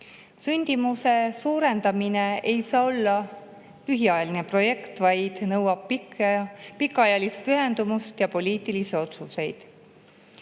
Sündimuse suurendamine ei saa olla lühiajaline projekt, see nõuab pikaajalist pühendumust ja poliitilisi otsuseid.